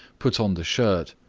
put on the shirt,